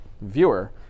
viewer